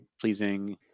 pleasing